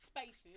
Spaces